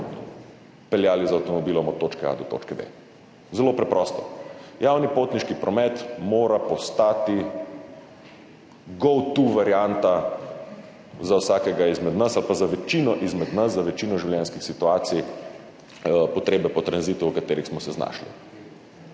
peljali z avtomobilom od točke A do točke B. Zelo preprosto. Javni potniški promet mora postati go-to varianta za vsakega izmed nas ali pa za večino izmed nas, za večino življenjskih situacij in za potrebe po tranzitu, v katerih smo se znašli,